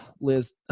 Liz